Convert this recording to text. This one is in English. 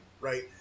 right